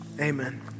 amen